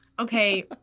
Okay